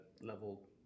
level